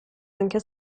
anche